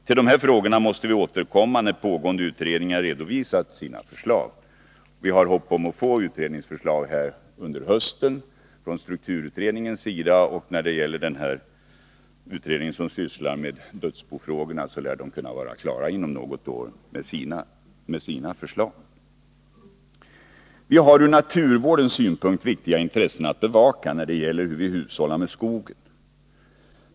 Till de frågorna måste vi återkomma när pågående utredningar redovisat sina förslag. Vi har hopp om att få utredningsförslag under hösten från strukturutredningen, och utredningen som sysslar med dödsbofrågor lär kunna vara klar med sina förslag inom något år. Vi har ur naturvårdssynpunkt viktiga intressen att bevaka när det gäller hur vi hushållar med skogen.